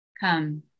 Come